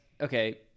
okay